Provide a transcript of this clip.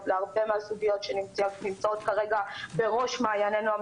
להרבה מהסוגיות שיש כרגע בראש מעיינינו,